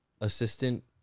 assistant